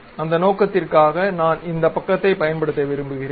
அந்த நோக்கத்திற்காக நான் இந்த பக்கத்தைப் பயன்படுத்த விரும்புகிறேன்